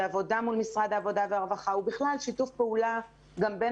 עבודה מול משרד העבודה והרווחה ובכלל שיתוף פעולה בין